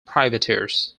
privateers